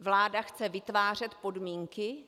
Vláda chce vytvářet podmínky?